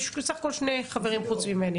יש בסך הכל שני חברים חוץ ממני.